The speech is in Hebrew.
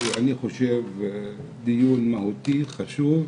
אני חושב שזה דיון מהותי, חשוב.